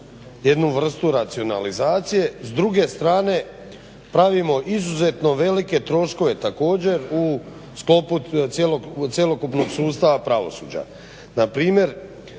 jednu vrstu racionalizacije, s druge strane pravimo izuzetno velike troškove također u sklopu cjelokupnog sustava pravosuđa.